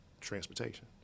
transportation